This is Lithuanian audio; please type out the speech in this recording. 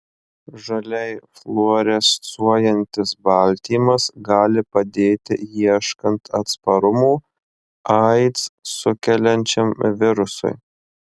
žaliai fluorescuojantis baltymas gali padėti ieškant atsparumo aids sukeliančiam virusui